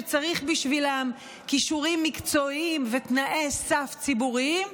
שצריך בשבילם כישורים מקצועיים ותנאי סף ציבוריים,